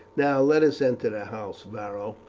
now, let us enter the house. varo,